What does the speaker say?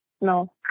no